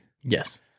Yes